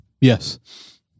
Yes